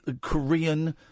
Korean